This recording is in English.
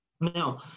Now